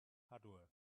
hardware